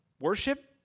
worship